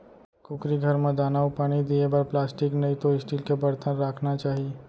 कुकरी घर म दाना अउ पानी दिये बर प्लास्टिक नइतो स्टील के बरतन राखना चाही